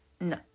No